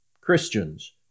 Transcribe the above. Christians